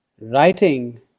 writing